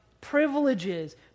privileges